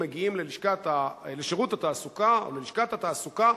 מגיע לשירות התעסוקה או ללשכת התעסוקה,